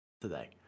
today